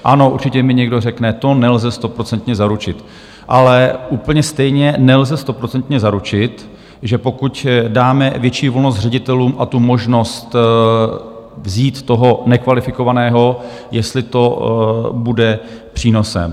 Ano, určitě mi někdo řekne, že to nelze stoprocentně zaručit, ale úplně stejně nelze stoprocentně zaručit, že pokud dáme větší volnost ředitelům a možnost vzít toho nekvalifikovaného, jestli to bude přínosem.